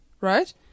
Right